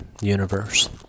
universe